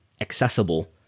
accessible